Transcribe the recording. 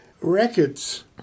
records